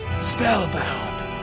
Spellbound